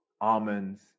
almonds